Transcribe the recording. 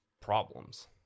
problems